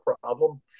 problem